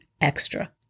extra